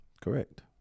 Correct